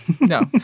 No